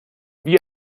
wie